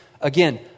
Again